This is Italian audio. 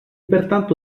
pertanto